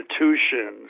institutions